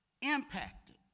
impacted